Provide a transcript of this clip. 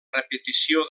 repetició